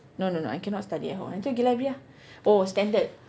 no no no I cannot study at home nanti pergi library ah oh standard